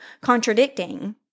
contradicting